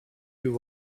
you